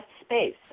space